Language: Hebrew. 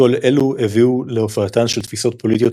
- כל אלו הביאו הביאו להופעתן של תפיסות פוליטיות